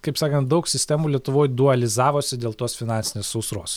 kaip sakant daug sistemų lietuvoj dualizavosi dėl tos finansinės sausros